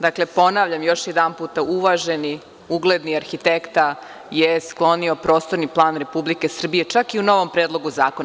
Dakle, ponavljam još jednom, uvaženi ugledni arhitekta je sklonio prostorni plan Republike Srbije čak i u novom predlogu zakona.